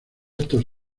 estos